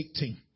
18